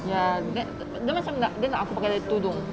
ya dia macam dia nak aku pakai tudung